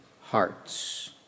hearts